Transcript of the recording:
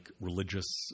religious